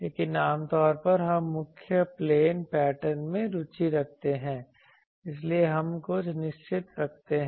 लेकिन आम तौर पर हम मुख्य प्लेन पैटर्न में रुचि रखते हैं इसलिए हम कुछ निश्चित रखते हैं